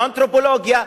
לאנתרופולוגיה.